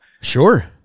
sure